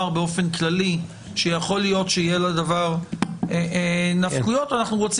באופן כללי שיכול להיות שיהיה לדבר נפקויות או אנחנו רוצים